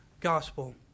gospel